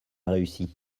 réussi